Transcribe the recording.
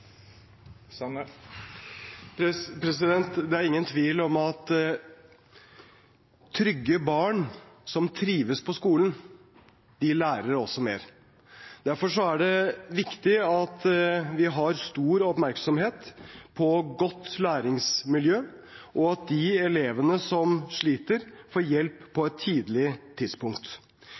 Det er ingen tvil om at trygge barn som trives på skolen, også lærer mer. Derfor er det viktig at vi har stor oppmerksomhet på godt læringsmiljø, og at de elevene som sliter, får hjelp på et tidlig tidspunkt.